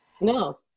no